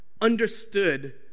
understood